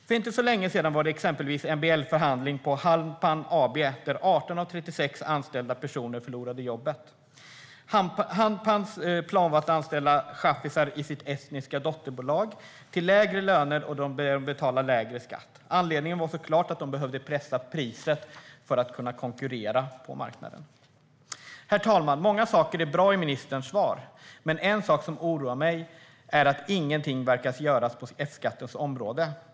För inte så länge sedan var det exempelvis MBL-förhandling på Haanpää AB, där 18 av 36 anställda personer förlorade jobbet. Haanpääs plan var att anställa chaffisar i sitt estniska dotterbolag till lägre löner och med lägre skatt. Anledningen var såklart att de behövde pressa priset för att kunna konkurrera på marknaden. Herr talman! Många saker är bra i ministerns svar. Men en sak som oroar mig är att ingenting verkar göras på F-skattens område.